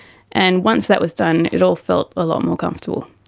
and once that was done it all felt a lot more comfortable.